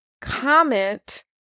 comment